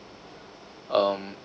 um